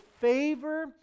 favor